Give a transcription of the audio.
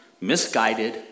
misguided